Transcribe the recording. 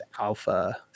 alpha